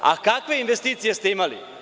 A, kakve investicije ste imali?